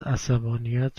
عصبانیت